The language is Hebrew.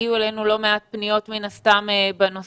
הגיעו אלינו לא מעט פניות בנושא הזה